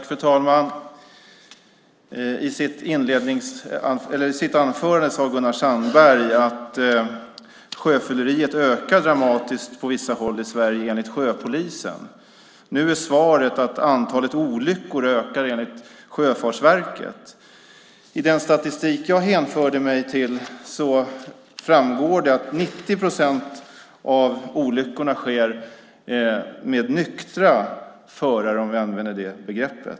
Fru talman! I sitt anförande sade Gunnar Sandberg att sjöfylleriet ökar dramatiskt på vissa håll enligt sjöpolisen. Nu är svaret att antalet olyckor ökar enligt Sjöfartsverket. I den statistik jag stöder mig på framgår det att 90 procent av olyckorna sker med nyktra förare, om vi använder det uttrycket.